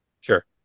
sure